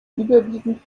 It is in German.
überwiegend